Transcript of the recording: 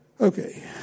Okay